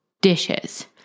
dishes